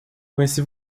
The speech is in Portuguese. conheci